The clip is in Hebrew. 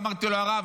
אמרתי לו: הרב,